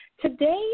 Today